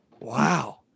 wow